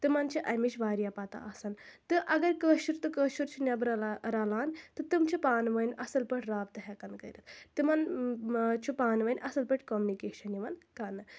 تِمَن چھٕ أمِچ واریاہ پتہ آسان تہٕ اگر کٲشُر تہٕ کٲشُر چھِ نٮ۪برٕ رلان تہٕ تِم چھٕ پانہٕ ؤنۍ اصٕل پٲٹھۍ رابطہ ہٮ۪کان کٔرِتھ تِمَن چھُ پانہٕ ؤنۍ اصٕل پٲٹھۍ کُمنِکیشَن یِوان کرنہٕ